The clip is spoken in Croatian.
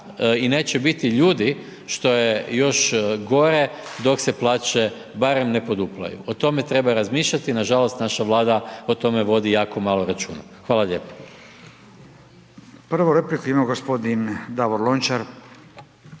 i neće biti ljudi što je još gore dok se plaće barem ne poduplaju. O tome treba razmišljati i nažalost naša Vlada o tome vodi jako malo računa. Hvala lijepa. **Radin, Furio (Nezavisni)** Prvu repliku ima gospodin Davor Lončar.